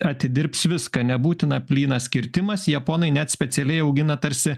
atidirbs viską nebūtina plynas kirtimas japonai net specialiai augina tarsi